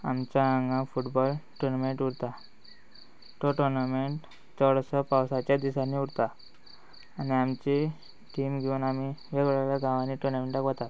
आमच्या हांगा football tournament उरता तो टॉर्नामेंट चडसो पावसाच्या दिसांनी उरता आनी आमची टीम घेवन आमी वेगवेगळ्या गांवांनी टॉर्नामेंटाक वता